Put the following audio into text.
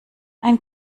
ein